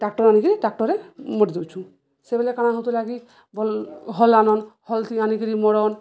tractor ଆଣିକିରି ଟ୍ରାକ୍ଟରେ ମଡ଼ିଦଉଁଛୁ ସେବେ କାଣା ହଉଥିଲା କି ଭଲ୍ ହଲ ଆନନ୍ ହଲଥି ଆନିକିରି ମଡ଼ନ୍